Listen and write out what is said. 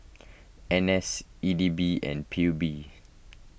N S E D B and P U B